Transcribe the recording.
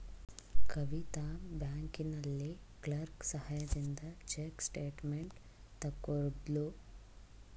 ಕವಿತಾ ಬ್ಯಾಂಕಿನಲ್ಲಿ ಕ್ಲರ್ಕ್ ಸಹಾಯದಿಂದ check statement ತಕ್ಕೊದ್ಳು